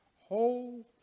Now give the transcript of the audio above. Whole